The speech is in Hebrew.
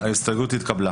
אין נגד, ההסתייגות התקבלה.